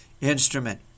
instrument